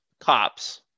cops